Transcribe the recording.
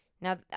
Now